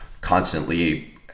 constantly